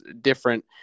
different